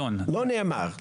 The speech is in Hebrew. אלון -- לא נאמר,